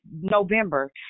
November